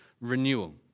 renewal